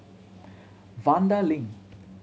Vanda Link